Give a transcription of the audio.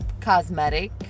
cosmetic